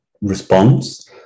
response